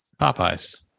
Popeyes